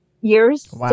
years